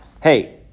hey